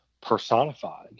personified